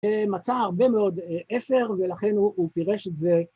‫מצא הרבה מאוד אפר, ‫ולכן הוא פירש את זה.